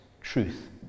truth